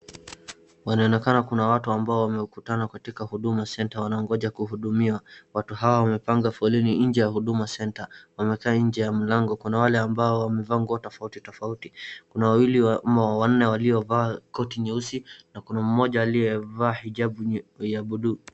Inaonekana kuna watu ambao wamekutana katika Huduma centre, wanaongoja kuhudumiwa, watu hawa wamepanga foleni nje ya Huduma centre. Wamekaa nje ya mlango, kuna wale ambao wamevaa nguo tofauti tofauti, kuna wawili ama wanne waliovaa koti nyeusi na kuna mmoja aliyevaa hijabu ya buluu.